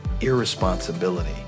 irresponsibility